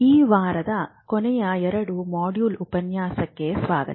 ಈ ವಾರ 2 ಮಾಡ್ಯೂಲ್ನ ಕೊನೆಯ ಉಪನ್ಯಾಸಕ್ಕೆ ಸ್ವಾಗತ